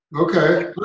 okay